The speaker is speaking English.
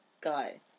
guy